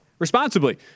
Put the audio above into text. Responsibly